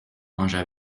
manger